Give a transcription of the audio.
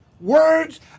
words